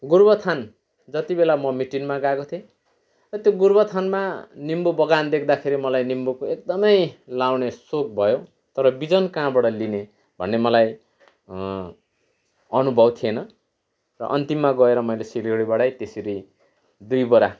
गोरूबथान जतिबेला म मिटिङमा गएको थिएँ अनि त्यो गोरूबथानमा निम्बु बगान देख्दाखेरि मलाई निम्बुको एकदमै लाउने सौख भयो तर बिजन कहाँबाट लिने भन्ने मलाई अनुभव थिएन र अन्तिममा गएर मैले सिलगुडीबाटै त्यसरी दुई बोरा